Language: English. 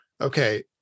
Okay